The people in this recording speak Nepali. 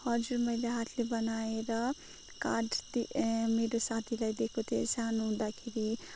हजुर मैले हातले बनाएर कार्ड मेरो साथीलाई दिएको थिए सानो हुँदाखेरि